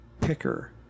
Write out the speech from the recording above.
picker